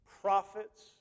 prophets